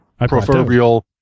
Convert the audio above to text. proverbial